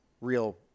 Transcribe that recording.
real